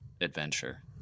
adventure